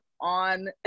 on